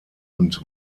und